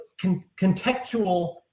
contextual